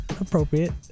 appropriate